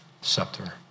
scepter